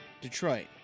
Detroit